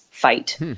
fight